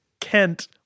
Kent